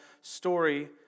story